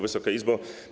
Wysoka Izbo!